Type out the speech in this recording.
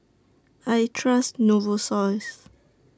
I Trust Novosource